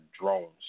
drones